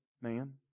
man